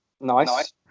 nice